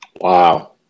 Wow